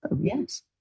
yes